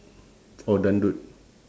or dangdut